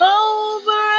over